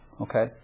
Okay